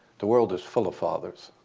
the world is full of fathers.